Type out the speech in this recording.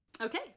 Okay